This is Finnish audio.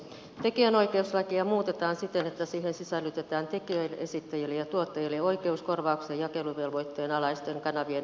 tekijänoikeuslakia muutetaan siten että siihen sisällytetään tekijöille esittäjille ja tuottajille oikeus korvaukseen jakeluvelvoitteen alaisten kanavien edelleenlähettämisestä